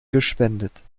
gespendet